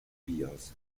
bears